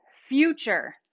future